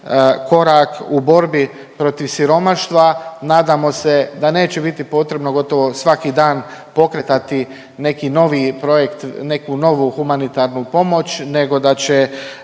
korak u borbi protiv siromaštva. Nadamo se da neće biti potrebno gotovo svaki dan pokretati neki novi projekt, neku novu humanitarnu pomoć nego da će